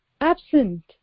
Absent